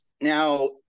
Now